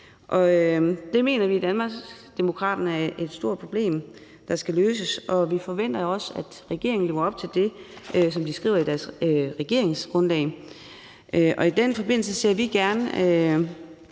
Det mener vi i Danmarksdemokraterne er et stort problem, der skal løses, og vi forventer også, at regeringen lever op til det, som de skriver i deres regeringsgrundlag. Og i den forbindelse imødeser